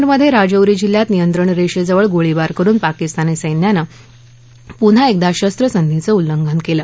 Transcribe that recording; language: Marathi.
जम्मू कश्मीरमध्ये राजौरी जिल्ह्यात नियंत्रण रेषेजवळ गोळीबार करुन पाकिस्तानी सस्त्रानं पुन्हा एकदा शस्त्रसंधीचं उल्लंघन केलं